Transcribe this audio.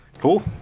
Cool